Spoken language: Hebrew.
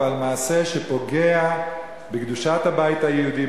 אבל מעשה בקדושת הבית היהודי,